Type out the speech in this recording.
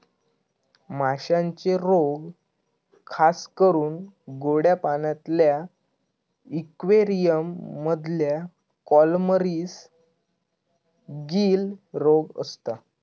माश्यांचे रोग खासकरून गोड्या पाण्यातल्या इक्वेरियम मधल्या कॉलमरीस, गील रोग असता